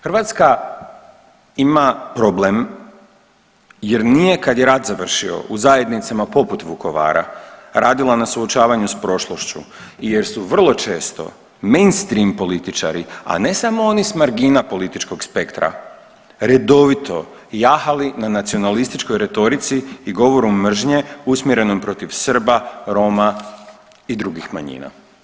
Hrvatska ima problem jer nije kad je rat završio u zajednicama poput Vukovara radila na suočavanju s prošlošću jer su vrlo često mainstream političari, a ne samo oni s margina političkog spektra redovito jahali na nacionalističkoj retorici i govoru mržnje usmjerenom protiv Srba, Roma i drugih manjina.